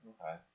Okay